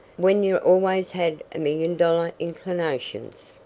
when you've always had million-dollar inclinations.